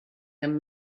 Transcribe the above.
them